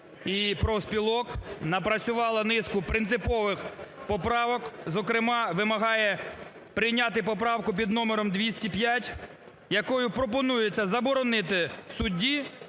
і профспілок напрацювала низку принципових поправок, зокрема вимагає прийняти поправку під номером 205, якою пропонується заборонити судді